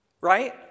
Right